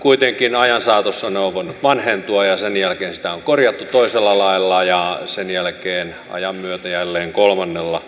kuitenkin ajan saatossa normi on voinut vanhentua ja sen jälkeen sitä on korjattu toisella lailla ja sen jälkeen ajan myötä jälleen kolmannella